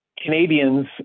Canadians